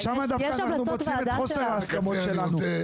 שם דווקא אנחנו מוצאים את חוסר ההסכמות שלנו.